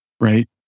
Right